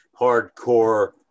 hardcore